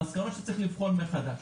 המסקנות הן שצריך לבחון מחדש.